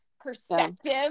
perspective